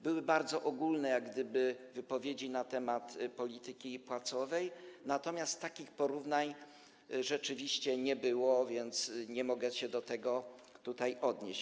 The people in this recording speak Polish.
Były bardzo ogólne wypowiedzi na temat polityki płacowej, natomiast takich porównań rzeczywiście nie było, więc nie mogę się do tego odnieść.